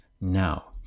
now